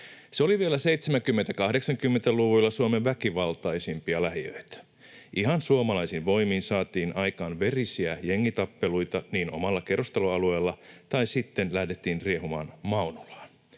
Se oli vielä 70—80‑luvuilla Suomen väkivaltaisimpia lähiöitä. Ihan suomalaisin voimin saatiin aikaan verisiä jengitappeluita omalla kerrostaloalueella, tai sitten lähdettiin riehumaan Maunulaan.